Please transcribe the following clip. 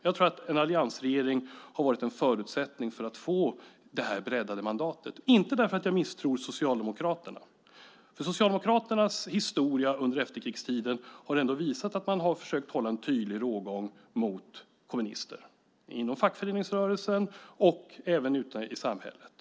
Jag tror att en alliansregering har varit en förutsättning för att få det breddade mandatet. Inte därför att jag misstror Socialdemokraterna, för Socialdemokraternas historia under efterkrigstiden har visat att man har försökt hålla en tydlig rågång mot kommunister, inom fackföreningsrörelsen och även ute i samhället.